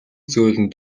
зөөлөн